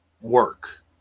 work